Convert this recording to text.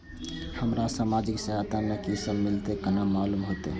हमरा सामाजिक सहायता में की सब मिलते केना मालूम होते?